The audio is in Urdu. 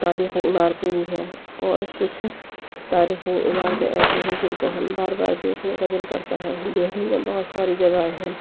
تاریخی عمارتیں بھی ہیں اور کچھ تاریخی عمارتیں ایسی ہیں جن کو ہم بار بار دیکھنے کا دل کرتا ہے دہلی میں بہت ساری جگہیں ہیں